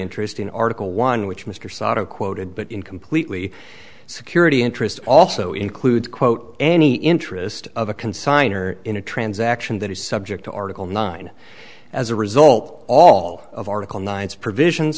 interest in article one which mr sato quoted but in completely security interest also includes quote any interest of a consigner in a transaction that is subject to article nine as a result all of article nine's provisions